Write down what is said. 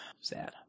sad